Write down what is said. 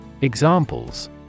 Examples